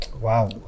wow